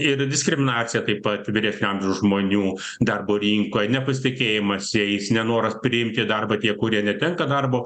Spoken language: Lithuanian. ir diskriminacija taip pat vyresnio amžiaus žmonių darbo rinkoj nepasitikėjimas jais nenoras priimti į darbą tie kurie netenka darbo